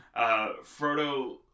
Frodo